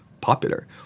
popular